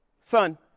son